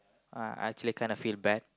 uh I actually kinda feel bad